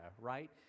right